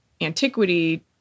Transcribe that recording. antiquity